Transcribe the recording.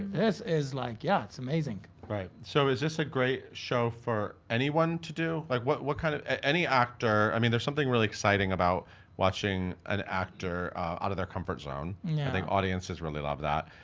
this is, like, yeah, it's amazing. right, so is this a great show for anyone to do? like, what what kind of. any actor. i mean, there's something really exciting about watching an actor out of their comfort zone. yeah i think audiences really love that.